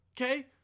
okay